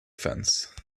fence